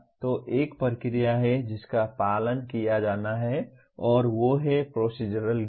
तो एक प्रक्रिया है जिसका पालन किया जाना है और वह है प्रोसीज़रल ज्ञान